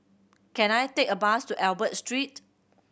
can I take a bus to Albert Street